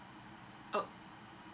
oh